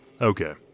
okay